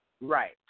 Right